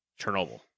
Chernobyl